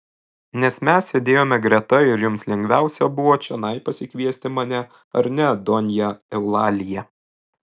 nes mes sėdėjome greta ir jums lengviausia buvo čionai pasikviesti mane ar ne donja eulalija